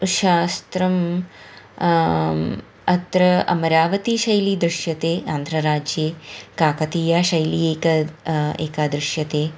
शास्त्रम् अत्र अमरावतीशैली दृश्यते आन्ध्रराज्ये काकतीया शैली एक एका दृश्यते